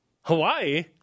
Hawaii